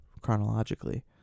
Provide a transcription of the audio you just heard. chronologically